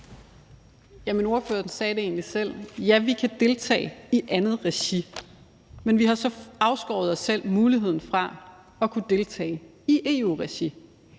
(RV): Ordføreren sagde det egentlig selv: Ja, vi kan deltage i andet regi. Men vi har så afskåret os fra muligheden for at kunne deltage i EU-regi,